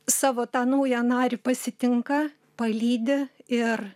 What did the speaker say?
savo tą naują narį pasitinka palydi ir